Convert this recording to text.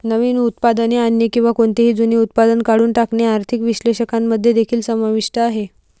नवीन उत्पादने आणणे किंवा कोणतेही जुने उत्पादन काढून टाकणे आर्थिक विश्लेषकांमध्ये देखील समाविष्ट आहे